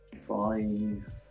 five